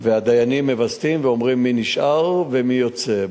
והדיינים מווסתים, ואומרים מי נשאר ומי יוצא.